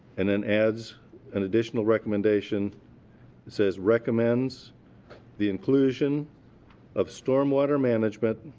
and then adds an additional recommendation that says, recommends the inclusion of storm water management,